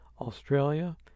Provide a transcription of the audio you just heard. Australia